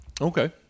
Okay